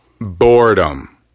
boredom